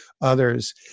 others